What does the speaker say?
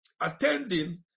attending